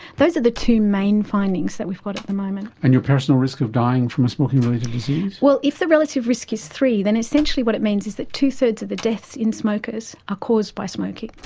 those are the two main findings that we've got at the moment. and your personal risk of dying from a smoking-related disease? well, if the relative risk is three then essentially what it means is that two-thirds of the deaths in smokers are caused by smoking.